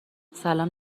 سلام